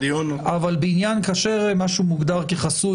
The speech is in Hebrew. אבל כאשר משהו מוגדר כחסוי,